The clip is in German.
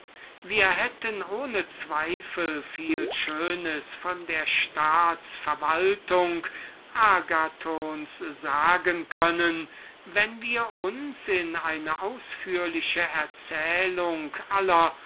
wir könnten ohne zweifel viel schönes von der staats-verwaltung agathons sagen wenn wir uns in eine ausführliche erzählung aller